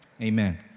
Amen